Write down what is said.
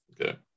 okay